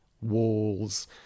walls